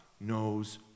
knows